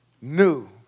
New